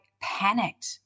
panicked